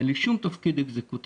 אין לי שום תפקיד אקזקוטיבי,